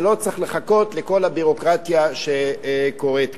ולא צריך לחכות לכל הביורוקרטיה שקורית כאן.